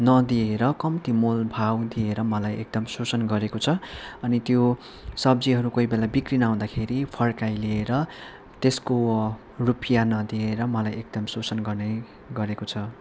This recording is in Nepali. नदिएर कम्ती मोल भाव दिएर मलाई एकदम शोषण गरेको छ अनि त्यो सब्जीहरू कोही बेला बिक्री नहुँदाखेरि फर्काई ल्याएर त्यसको रुपियाँ नदिएर मलाई एकदम शोषण गर्ने गरेको छ